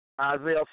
Isaiah